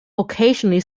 occasionally